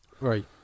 right